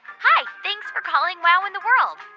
hi. thanks for calling wow in the world.